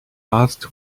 asked